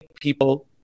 people